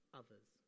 others